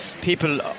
people